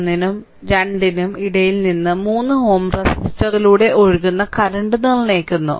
1 നും 2 നും ഇടയിൽ മൂന്ന് Ω റെസിസ്റ്ററിലൂടെ ഒഴുകുന്ന കറന്റ് നിർണ്ണയിക്കുന്നു